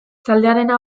taldearena